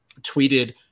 tweeted